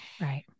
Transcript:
Right